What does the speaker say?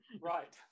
right